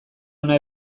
ona